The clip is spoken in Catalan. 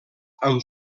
amb